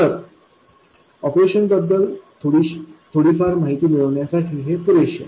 तर ऑपरेशन बद्दल थोडीफार माहिती मिळविण्यासाठी हे पुरेसे आहे